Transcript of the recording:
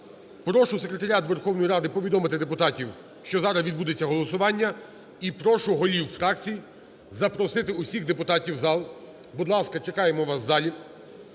Прошу Секретаріат Верховної Ради повідомити депутатів, що зараз відбудеться голосування і прошу голів фракцій запросити усіх депутатів в зал. Будь ласка, чекаємо вас у зал.